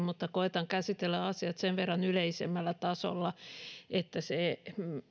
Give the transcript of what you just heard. mutta koetan käsitellä asiat sen verran yleisemmällä tasolla että se